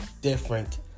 different